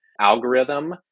algorithm